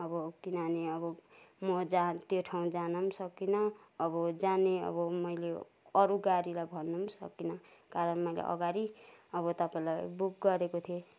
अब किनभने अब म जान त्यो ठाउँ जान पनि सकिन अब जाने अब मैले अरू गाडीलाई भन्नु पनि सकिन कारण मैले अगाडि अब तपाईँलाई बुक गरेको थिएँ